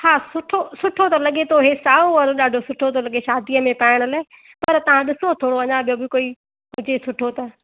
हा सुठो सुठो त लॻे थो हीउ साओ वारो ॾाढो सुठो थो लॻे शादीअ में पाइण लाइ पर तव्हां ॾिसो थोरो अञा ॿियो बि कोई हुजे सुठो त